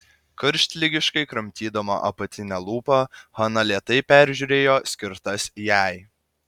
karštligiškai kramtydama apatinę lūpą hana lėtai peržiūrėjo skirtas jai